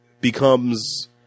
becomes